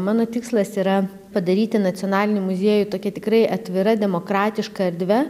mano tikslas yra padaryti nacionalinį muziejų tokia tikrai atvira demokratiška erdve